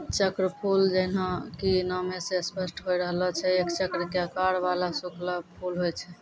चक्रफूल जैन्हों कि नामै स स्पष्ट होय रहलो छै एक चक्र के आकार वाला सूखलो फूल होय छै